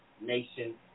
nation